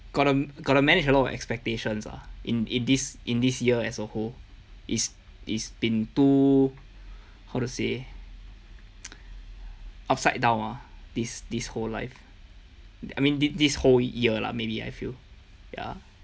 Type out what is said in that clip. gotta gotta manage a lot of expectations lah in in this in this year as a whole it's it's been too how to say upside down ah this this whole life I mean this this whole year lah maybe I feel ya